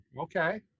Okay